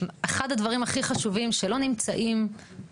אחד הדברים הכי חשובים שלא נמצאים,